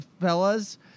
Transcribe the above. fellas